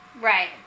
Right